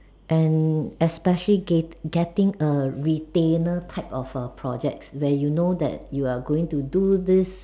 and especially gate getting a retainer type of err projects where you know that you are going to do this